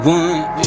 one